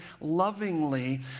lovingly